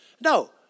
No